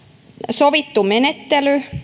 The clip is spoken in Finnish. sovittu menettely